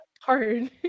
hard